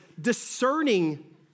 discerning